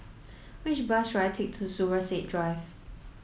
which bus should I take to Zubir Said Drive